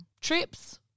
trips